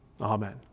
Amen